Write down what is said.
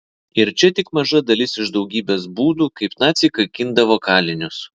ir čia tik maža dalis iš daugybės būdų kaip naciai kankindavo kalinius